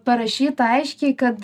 parašyta aiškiai kad